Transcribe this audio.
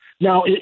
Now